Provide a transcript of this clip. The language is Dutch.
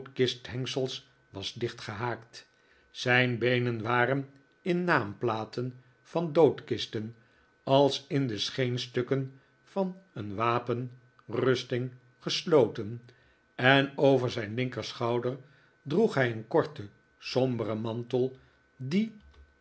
doodkisthengsels was dichtgehaakt zijn beenen waren in naamplaten van doodkisten als in de scheenstukken van een wapenrusting gesloten en over zijn linkerschouder droeg hij een korten somberen mantel die